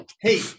Hey